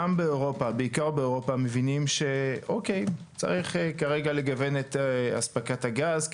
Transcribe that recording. בעיקר באירופה מבינים שיש כרגע לגוון את אספקת הגז,